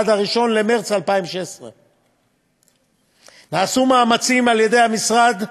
עד 1 במרס 2017. נעשו מאמצים על-ידי המשרד,